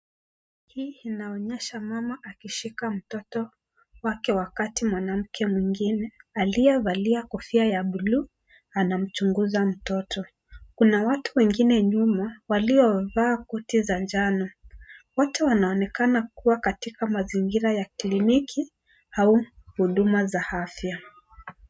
Hii inaonyesha mama akishika mtoto wake wakati mwanamke mwingine aliyevalia kofiaa bluu anamchunguza mtoto. Kuna watu wengine nyuma waliovaa koti za njano . Wote wanaonekana kuwa katika mazingira ya kliniki au huduma za afya.